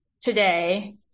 today